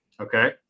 Okay